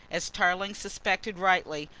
as tarling suspected rightly,